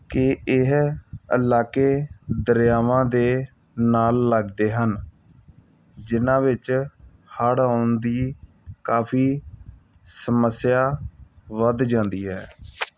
ਕਿ ਇਹ ਇਲਾਕੇ ਦਰਿਆਵਾਂ ਦੇ ਨਾਲ ਲੱਗਦੇ ਹਨ ਜਿਨ੍ਹਾਂ ਵਿੱਚ ਹੜ੍ਹ ਆਉਣ ਦੀ ਕਾਫੀ ਸਮੱਸਿਆ ਵੱਧ ਜਾਂਦੀ ਹੈ